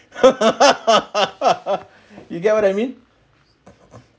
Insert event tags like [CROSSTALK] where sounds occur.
[LAUGHS] you get what I mean